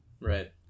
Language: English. Right